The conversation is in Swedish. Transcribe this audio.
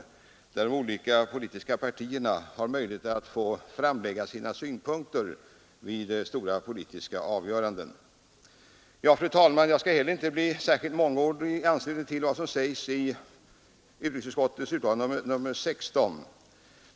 Där har de olika politiska partierna möjlighet att framlägga sina synpunkter inför stora politiska avgöranden. Ja, fru talman, jag skall inte bli särskilt mångordig i mina kommentarer till vad som sägs i utrikesutskottets betänkande nr 16.